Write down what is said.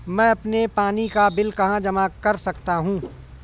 मैं अपने पानी का बिल कहाँ जमा कर सकता हूँ?